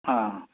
ꯑꯥ